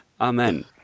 Amen